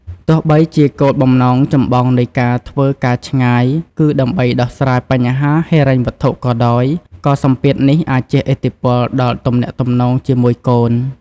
ទោះបីជាគោលបំណងចម្បងនៃការធ្វើការឆ្ងាយ គឺដើម្បីដោះស្រាយបញ្ហាហិរញ្ញវត្ថុក៏ដោយ ក៏សម្ពាធនេះអាចជះឥទ្ធិពលដល់ទំនាក់ទំនងជាមួយកូន។